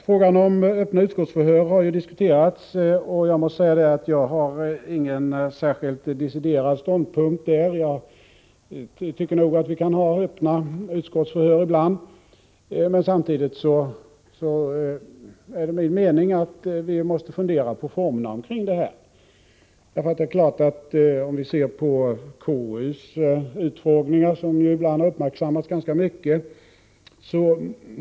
Frågan om öppna utskottsförhör har ju diskuterats, och jag måste säga att jaginte har någon särskilt deciderad ståndpunkt därvidlag. Jag tycker nog att vi kan ha öppna utskottsförhör ibland. Men samtidigt är det min mening att vi måste fundera på formerna kring detta. KU:s utfrågningar har ju ibland uppmärksammats ganska mycket.